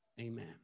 Amen